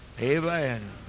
Amen